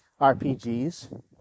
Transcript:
RPGs